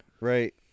right